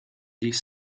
these